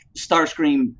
Starscream